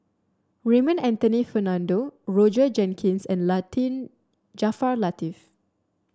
Raymond Anthony Fernando Roger Jenkins and Jaafar Latiff